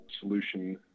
solution